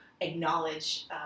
acknowledge